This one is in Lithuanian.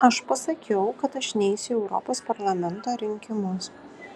aš pasakiau kad aš neisiu į europos parlamento rinkimus